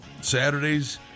Saturdays